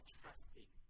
trusting